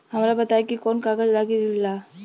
हमरा बताई कि कौन कागज लागी ऋण ला?